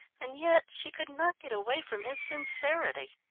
and yet she could not get away from his sincerity.